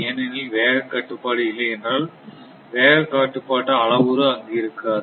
ஏனெனில் வேகக் கட்டுப்பாடு இல்லை என்றால் வேகக்கட்டுப்பாட்டு அளவுரு அங்கு இருக்காது